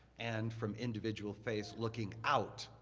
and from individual faiths looking out